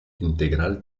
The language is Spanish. integral